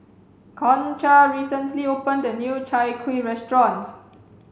concha recently opened a new chai kuih restaurant